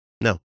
No